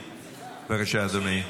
בבקשה, אדוני.